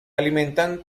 alimentan